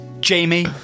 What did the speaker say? Jamie